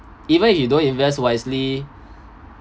even you don't invest wisely